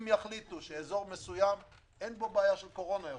אם יחליטו שבאזור מסוים אין בעיה של קורונה יותר,